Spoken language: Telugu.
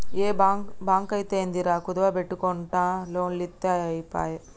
ఏ బాంకైతేందిరా, కుదువ బెట్టుమనకుంట లోన్లిత్తె ఐపాయె